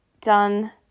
done